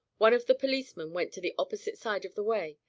one of the policemen went to the opposite side of the way,